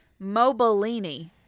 Mobellini